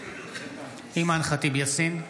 אימאן ח'טיב יאסין,